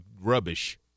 rubbish